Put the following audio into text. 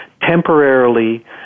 temporarily